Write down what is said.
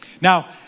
Now